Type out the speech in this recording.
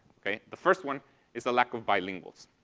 okay? the first one is the lack of bilinguals.